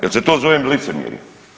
Jel se to zove licemjerje?